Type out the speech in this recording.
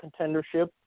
contendership